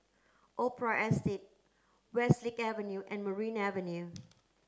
Opera Estate Westlake Avenue and Merryn Avenue